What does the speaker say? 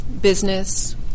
business